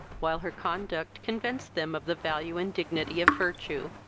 while her conduct convinced them of the value and dignity of virtue.